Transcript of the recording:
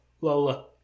Lola